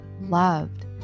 loved